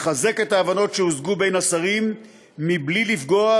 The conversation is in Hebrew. לחזק את ההבנות שהושגו בין השרים בלי לפגוע,